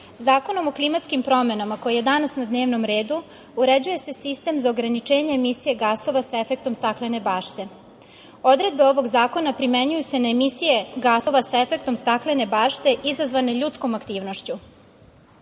Zakonom o klimatskim promenama, koji je danas na dnevnom redu, uređuje se sistem za ograničenje emisije gasova, sa efektom staklene bašte. Odredbe ovog zakona, primenjuju se na emisije gasova sa efektom staklene bašte, izazvane ljudskom aktivnošću.